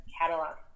catalog